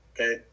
okay